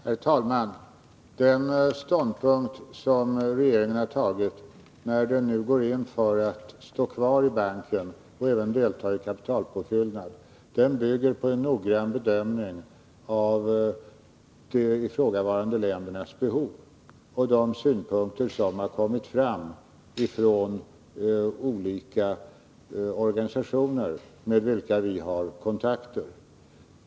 Herr talman! Den ståndpunkt som regeringen har intagit när den nu gått in för att står kvar i banken och även delta i kapitalpåfyllnad bygger på en noggrann bedömning av de ifrågavarande ländernas behov och de synpunkter som har kommit fram från olika organisationer med vilka vi har kontakter.